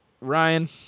Ryan